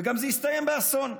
וזה גם הסתיים באסון,